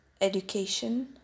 education